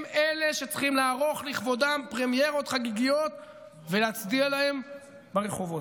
הם אלה שצריכים לערוך לכבודם פרמיירות חגיגיות ולהצדיע להם ברחובות.